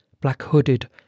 black-hooded